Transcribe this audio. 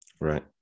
Right